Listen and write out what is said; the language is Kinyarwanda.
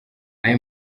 aya